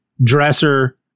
dresser